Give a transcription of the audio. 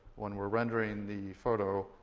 when we're rendering the photo,